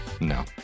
No